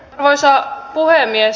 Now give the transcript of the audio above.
arvoisa puhemies